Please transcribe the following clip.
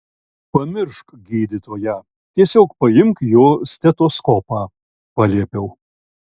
pamiršk gydytoją tiesiog paimk jo stetoskopą paliepiau